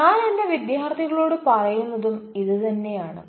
ഞാൻ എന്റെ വിദ്യാർത്ഥികളോട് പറയുന്നതും ഇത് തന്നെയാണ്